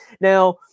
Now